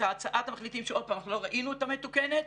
את הצעת המחליטים שאנחנו לא ראינו אותה מתוקנת,